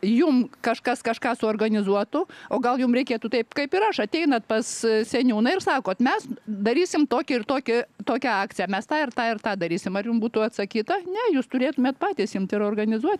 jum kažkas kažką suorganizuotų o gal jum reikėtų taip kaip ir aš ateinat pas seniūną ir sakot mes darysim tokį ir tokį tokią akciją mes tą ir tą ir tą darysim ar jums būtų atsakyta ne jūs turėtumėt patys imt ir organizuot